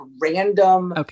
random